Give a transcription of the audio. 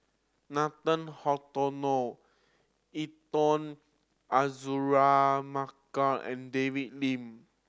Nathan Hartono Intan Azura Mokhtar and David Lim